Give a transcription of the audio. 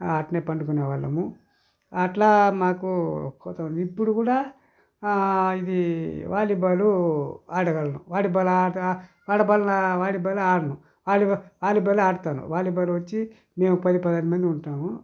అట్నే పండుకునే వాళ్ళము అట్లా మాకు కొంత ఇప్పుడు కూడా ఇది వాలీబాలు ఆడేవాళ్ళం వాలీబాల్ ఆట వాలీబాల్ వాలీబాల్ ఆడను వాలీబాల్ వాలీబాలే ఆడతాను వాలీబాల్ వచ్చి మేము పది పదిహేను మంది ఉంటాము